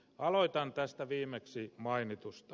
aloitan tästä viimeksi mainitusta